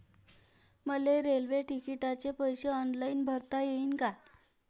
मले रेल्वे तिकिटाचे पैसे ऑनलाईन भरता येईन का?